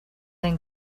and